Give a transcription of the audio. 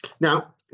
Now